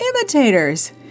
Imitators